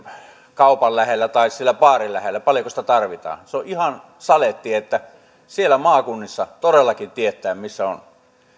kaupan lähellä tai siellä baarin lähellä tarvitaan se on ihan saletti että siellä maakunnissa todellakin tiedetään missä on